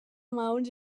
maons